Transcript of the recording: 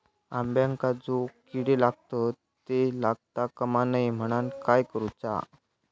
अंब्यांका जो किडे लागतत ते लागता कमा नये म्हनाण काय करूचा?